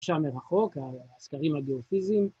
שם מרחוק, הסקרים הגיאופיזיים.